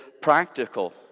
practical